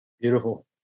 beautiful